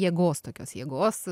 jėgos tokios jėgos